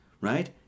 right